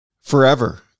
Forever